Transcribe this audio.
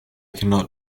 cannot